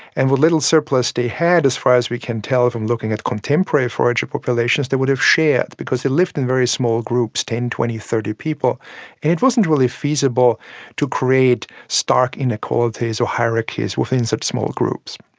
and what little surplus they had as far as we can tell from looking at contemporary forager populations they would have shared because they lived in very small groups, ten, twenty, thirty people, and it wasn't really feasible to create stark inequalities or hierarchies within such small groups.